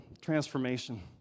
transformation